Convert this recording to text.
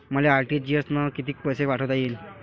मले आर.टी.जी.एस न कितीक पैसे पाठवता येईन?